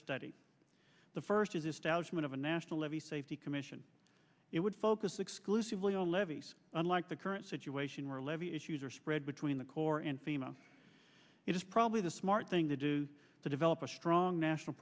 study the first is establishment of a national level safety commission it would focus exclusively on levees unlike the current situation where a levee issues are spread between the corps and fema it is probably the smart thing to do to develop a strong national